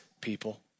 people